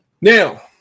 now